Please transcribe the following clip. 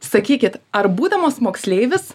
sakykit ar būdamas moksleivis